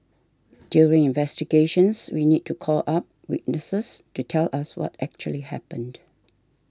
during investigations we need to call up witnesses to tell us what actually happened